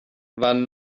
waren